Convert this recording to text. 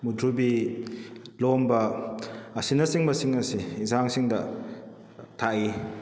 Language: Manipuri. ꯃꯨꯊ꯭ꯔꯨꯕꯤ ꯂꯣꯝꯕ ꯑꯁꯤꯅꯆꯤꯡꯕꯁꯤꯡ ꯑꯁꯤ ꯌꯦꯟꯁꯥꯡꯁꯤꯡꯗ ꯊꯥꯛꯏ